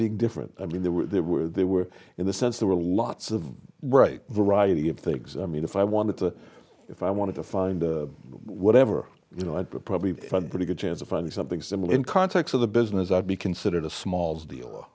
being different i mean there were there were there were in the sense there were lots of right variety of things i mean if i wanted to if i wanted to find whatever you know i'd probably be pretty good chance of finding something similar in context of the business i'd be considered a small deal